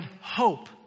hope